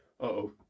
Uh-oh